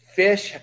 fish